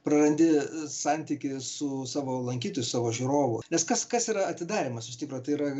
prarandi santykį su savo lankytoju savo žiūrovu nes kas kas yra atidarymas iš tikro tai yra